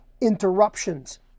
interruptions